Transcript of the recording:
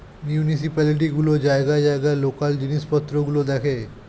municipality গুলো জায়গায় জায়গায় লোকাল জিনিসপত্র গুলো দেখে